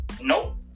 Nope